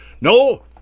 No